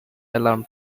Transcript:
alarm